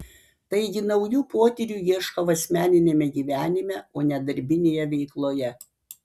taigi naujų potyrių ieškau asmeniniame gyvenime o ne darbinėje veikloje